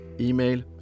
email